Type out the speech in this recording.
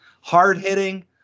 Hard-hitting